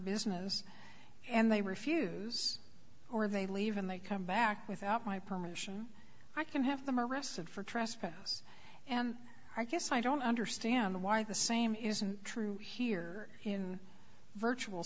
business and they refuse or they leave and they come back without my permission i can have them arrested for trespassing and i guess i don't understand why the same isn't true here in virtual